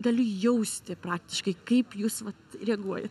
galiu jausti praktiškai kaip jūs va reaguoja